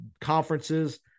conferences